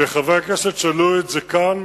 וחברי הכנסת שהעלו את זה כאן,